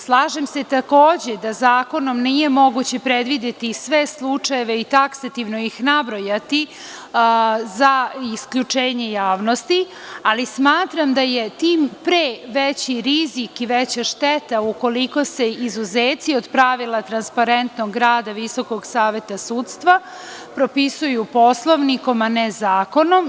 Slažem se takođe da zakonom nije moguće predvideti sve slučajeve i taksativno ih nabrojati za isključenje javnosti, ali smatram da je tim pre veći rizik i veća šteta ukoliko se izuzeci od pravila transparentnog rada Visokog saveta sudstva, propisuju Poslovnikom a ne zakonom.